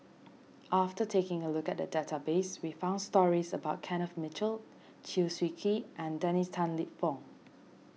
after taking a look at the database we found stories about Kenneth Mitchell Chew Swee Kee and Dennis Tan Lip Fong